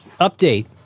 Update